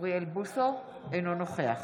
אינו נוכח